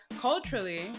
culturally